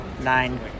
Nine